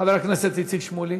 חבר הכנסת איציק שמולי?